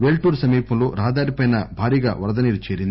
వెల్లూరు సమీపంలో రహదారిపై భారీగా వరదనీరు చేరింది